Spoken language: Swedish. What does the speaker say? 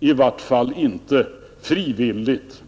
i vart fall inte frivilligt vill byta bort.